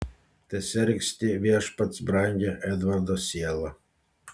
tesergsti viešpats brangią edvardo sielą